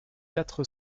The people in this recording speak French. quatre